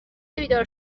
بیدار